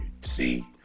see